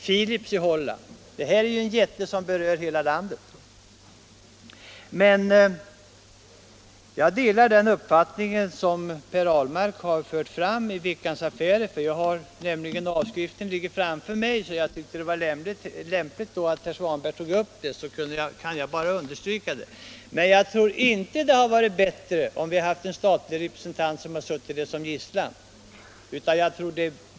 Det är här fråga om ett jätteföretag vars verksamhet berör hela landet. Men jag delar den uppfattning som Per Ahlmark har fört fram i Veckans Affärer. Jag har en avskrift av detta i min hand, och jag tyckte att det var lämpligt att herr Svanberg tog upp det. Jag kan bara understryka vad som där sägs. Jag tror inte det hade varit bättre om vi hade haft en statlig representant i styrelsen som suttit där som gisslan.